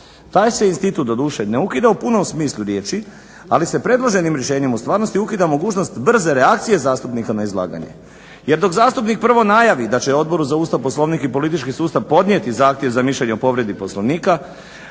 Taj se institut doduše ne ukida u punom smislu riječi, ali se predloženim rješenjem u stvarnosti ukida mogućnost brze reakcije zastupnika na izlaganje. Jer dok zastupnik prvo najavi da će Odboru za Ustav, Poslovnik i politički sustav podnijeti zahtjev za mišljenje o povredi Poslovnika,